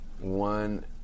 one